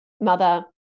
mother